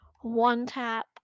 one-tap